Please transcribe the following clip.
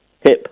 hip